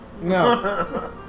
No